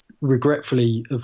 regretfully